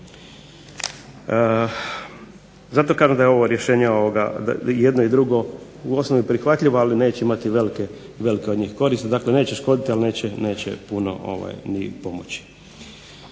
Zato kažem da je ovo rješenje i jedno i drugo u osnovi prihvatljivo, ali neće imati velike od njih koristi. Dakle, neće škoditi ali neće puno ni pomoći